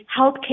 healthcare